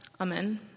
Amen